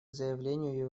заявлению